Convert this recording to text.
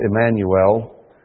Emmanuel